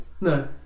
no